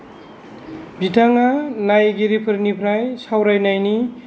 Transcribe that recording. बिथाङा नायगिरिफोरनिफ्राय सावरायनायनि